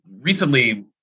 recently